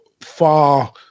far